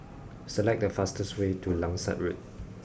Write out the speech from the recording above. select the fastest way to Langsat Road